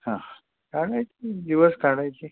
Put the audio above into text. हां काढायचे दिवस काढायचे